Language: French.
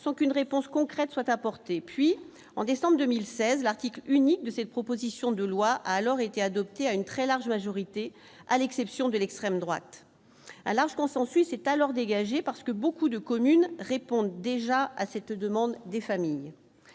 sans aucune réponse concrète soit apportée, puis en décembre 2016 l'article unique de cette proposition de loi a alors été adopté à une très large majorité, à l'exception de l'extrême droite, un large consensus s'est alors dégagé parce que beaucoup de communes répondent déjà à cette demande des familles,